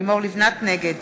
נגד